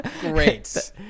Great